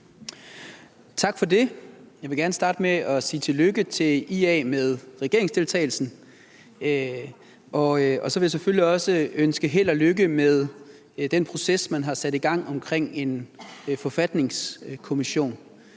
Tak for det. Jeg vil gerne starte med at sige tillykke til IA med regeringsdeltagelsen, og så vil jeg selvfølgelig også ønske held og lykke med den proces, man har sat i gang, om en forfatningskommission.